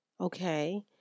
Okay